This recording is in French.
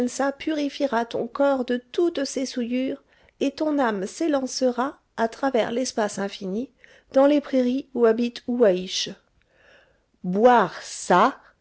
l'abesoutchenza purifiera ton corps de toutes ses souillures et ton âme s'élancera à travers l'espace infini dans les prairies où habite ouahiche boire ça